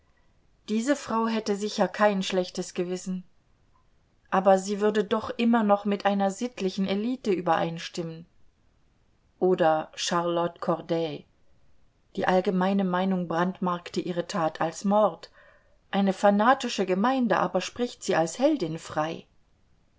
diese frau hätte sicher kein schlechtes gewissen aber sie würde doch immer noch mit einer sittlichen elite übereinstimmen oder charlotte corday die allgemeine meinung brandmarkte ihre tat als mord eine fanatische gemeinde aber spricht sie als heldin frei